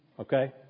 okay